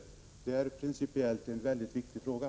Det handlar om en principiellt mycket viktig fråga.